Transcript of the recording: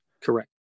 Correct